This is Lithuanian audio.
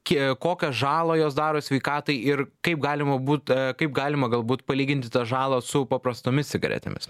kiek kokią žalą jos daro sveikatai ir kaip galima būt kaip galima galbūt palyginti tą žalą su paprastomis cigaretėmis